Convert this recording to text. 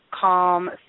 calm